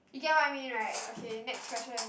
you get what I mean right okay next question